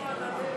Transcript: מתוך עשר